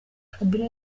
kabila